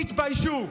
תתביישו.